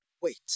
wait